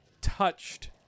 touched